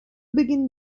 beginn